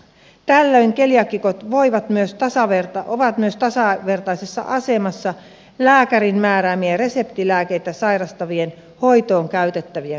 tällöin keliaakikot ovat myös tasavertaisessa asemassa lääkärin määräämiä reseptilääkkeitä sairauksiensa hoitoon käyttävien kanssa